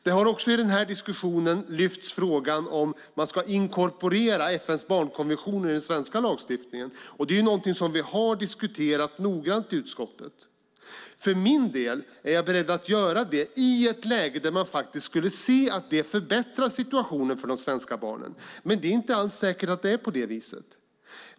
Det har också i den här diskussionen lyfts frågan om man ska inkorporera FN:s barnkonvention i den svenska lagstiftningen. Det är något som vi har diskuterat noggrant i utskottet. För min del är jag beredd att stödja det i ett läge där man faktiskt kunde se att det förbättrade situationen för de svenska barnen, men det är inte alls säkert att det är på det viset.